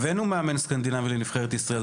הבאנו מאמן סקנדינבי לנבחרת ישראל,